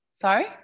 Sorry